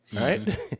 right